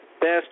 best